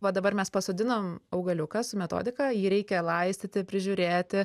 va dabar mes pasodinam augaliuką su metodika jį reikia laistyti prižiūrėti